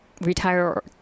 retire